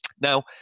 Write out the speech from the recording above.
Now